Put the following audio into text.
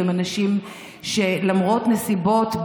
הם אנשים שלמרות הנסיבות,